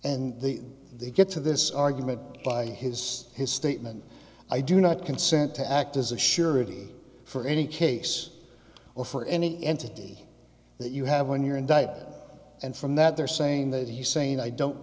and the they get to this argument by his his statement i do not consent to act as a surety for any case or for any entity that you have when you're in diapers and from that they're saying that he's saying i don't